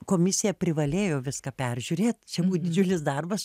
komisija privalėjo viską peržiūrėt čia didžiulis darbas